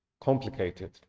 complicated